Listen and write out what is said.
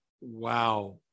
Wow